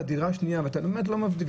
בדירה השנייה אתה באמת לא מבדיל,